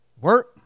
work